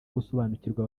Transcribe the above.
gusobanukirwa